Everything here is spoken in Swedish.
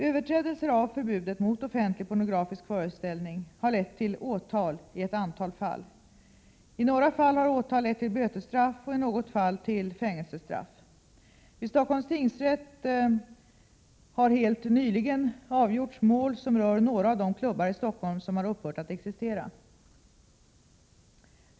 Överträdelser av förbudet mot offentlig pornografisk föreställning har lett till åtal i ett antal fall. I några fall har åtallett till bötesstraff och i något fall till fängelsestraff. Vid Stockholms tingsrätt har helt nyligen avgjorts mål som rör några av de klubbar i Stockholm som har upphört att existera.